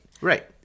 right